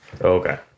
Okay